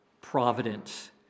providence